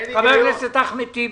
חבר הכנסת אחמד טיבי.